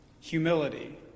humility